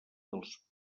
dels